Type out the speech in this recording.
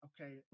Okay